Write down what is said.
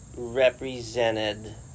represented